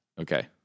Okay